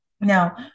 Now